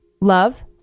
Love